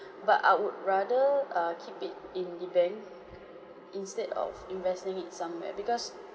but I would rather err keep it in the bank instead of investing it somewhere because